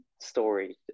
story